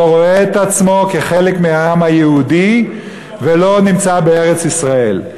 לא רואה את עצמו כחלק מהעם היהודי ולא נמצא בארץ-ישראל.